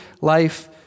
life